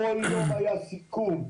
כל יום היה סיכון,